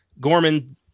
Gorman